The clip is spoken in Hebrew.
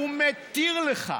שמתיר לך